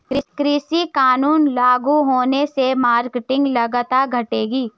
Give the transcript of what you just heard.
कृषि कानून लागू होने से मार्केटिंग लागत घटेगी